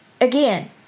Again